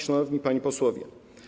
Szanowni Panowie Posłowie!